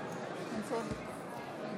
סגנית